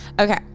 Okay